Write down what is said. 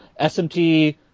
SMT